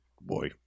boy